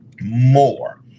more